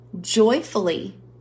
joyfully